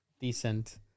decent